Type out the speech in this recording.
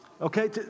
Okay